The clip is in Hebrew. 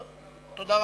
לא, תודה.